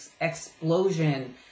explosion